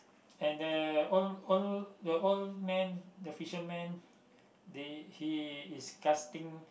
and the old old the old man the fisherman they he is casting